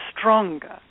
stronger